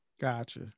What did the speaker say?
gotcha